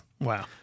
Wow